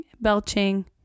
belching